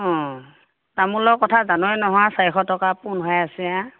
অ তামোলৰ কথা জানই নহয় চাৰিশ টকা পোণ হৈ আছে আ